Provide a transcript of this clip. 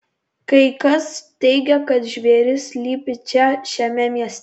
kai kas teigia kad žvėris slypi čia šiame mieste